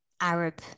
Arab